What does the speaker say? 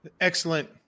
Excellent